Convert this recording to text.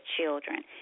children